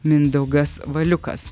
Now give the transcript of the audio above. mindaugas valiukas